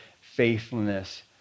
faithfulness